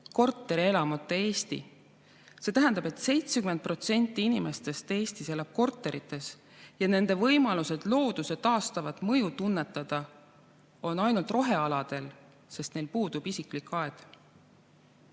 korterelamute Eesti. See tähendab, et 70% inimestest Eestis elab korterites ja looduse taastavat mõju tunnetada saavad nad ainult rohealadel, sest neil puudub isiklik aed.